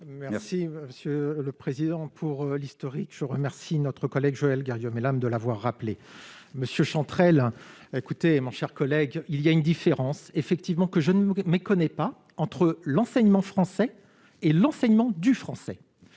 Merci monsieur le président, pour l'historique, je remercie notre collègue Joëlle Garriaud-Maylam, de l'avoir rappelé monsieur Chantrel écoutez mon cher collègue, il y a une différence effectivement que je ne méconnais pas entre l'enseignement français et l'enseignement du français